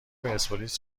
پرسپولیس